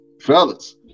Fellas